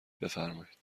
بفرمایید